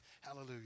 Hallelujah